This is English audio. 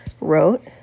wrote